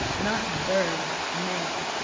not birds, mail.